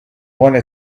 wanna